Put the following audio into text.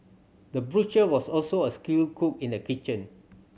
the butcher was also a skilled cook in the kitchen